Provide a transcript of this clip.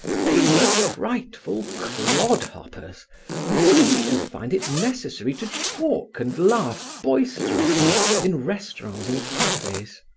they were frightful clodhoppers who seemed to find it necessary to talk and laugh boisterously in restaurants and cafes.